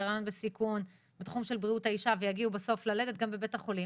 היריון בסיכון ובתחום של בריאות האישה ויגיעו בסוף ללדת גם בבית החולים